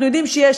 אנחנו יודעים שיש